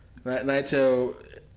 Naito